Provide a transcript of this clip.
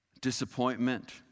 Disappointment